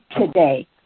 today